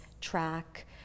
track